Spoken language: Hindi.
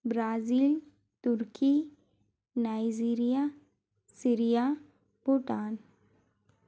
ब्राज़ील तुर्की नाइज़ीरिया सीरिया भूटान